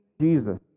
Jesus